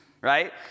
right